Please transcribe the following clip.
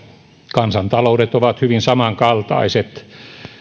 kansantaloudet ovat hyvin samankaltaiset